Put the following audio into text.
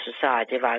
society